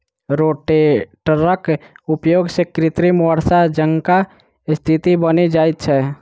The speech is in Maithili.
रोटेटरक प्रयोग सॅ कृत्रिम वर्षा जकाँ स्थिति बनि जाइत छै